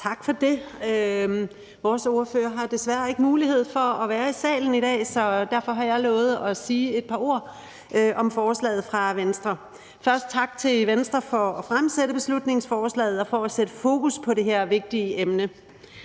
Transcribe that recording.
Tak for det. Vores ordfører har desværre ikke mulighed for at være i salen i dag, så derfor har jeg lovet at sige et par ord om forslaget fra Venstre. Først tak til Venstre for at fremsætte beslutningsforslaget og for at sætte fokus på det her vigtige emne.